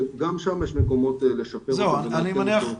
שגם שם יש מקומות לשפר אותו ולעדכן אותו.